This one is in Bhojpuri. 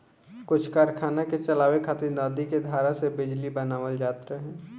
कुछ कारखाना के चलावे खातिर नदी के धारा से बिजली बनावल जात रहे